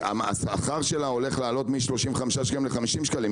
השכר של הסדרנית הולך לעלות מ-35 שקלים ל-50 שקלים,